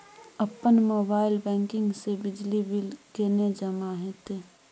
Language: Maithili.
अपन मोबाइल बैंकिंग से बिजली बिल केने जमा हेते?